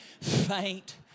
faint